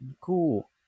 Cool